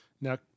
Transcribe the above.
Now